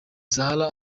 zahara